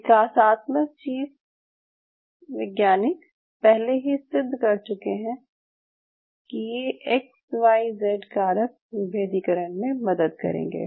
विकासात्मक जीव वैज्ञानिक पहले ही सिद्ध कर चुके हैं कि ये एक्स वाय जेड कारक विभेदीकरण में मदद करेंगे